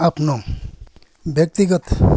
आफ्नो व्यक्तिगत